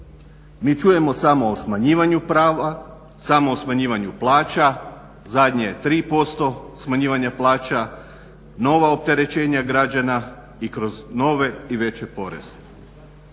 Mi čujemo samo o smanjivanju prava, samo o smanjivanju plaća. Zadnje je 3% smanjivanje plaća, nova opterećenja građana i kroz nove i veće poreze.